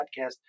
Podcast